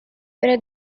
venne